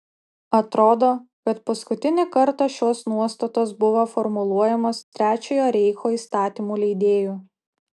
atrodo kad paskutinį kartą šios nuostatos buvo formuluojamos trečiojo reicho įstatymų leidėjų